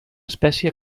espècie